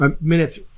minutes